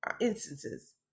instances